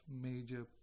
major